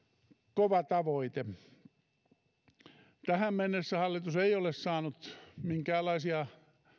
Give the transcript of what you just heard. kova tavoite tähän mennessä hallitus ei ole saanut minkäänlaisia